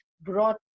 brought